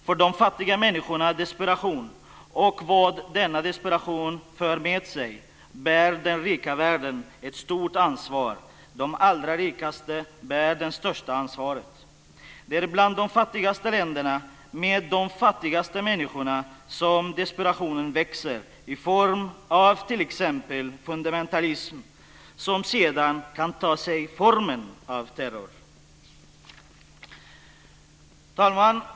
För de fattiga människornas desperation och vad denna desperation för med sig bär den rika världen ett stort ansvar. De allra rikaste bär det största ansvaret. Det är bland de fattigaste länderna, med de fattigaste människorna, som desperationen växer i form av t.ex. fundamentalism som sedan kan ta sig formen av terror. Fru talman!